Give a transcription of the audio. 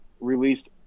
released